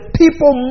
people